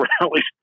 rallies